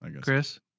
Chris